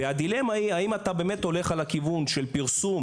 והדילמה היא האם אתה באמת הולך על הכיוון של פרסום